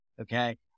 okay